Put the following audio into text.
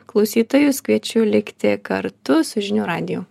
klausytojus kviečiu likti kartu su žinių radiju